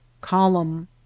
column